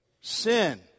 Sin